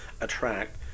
attract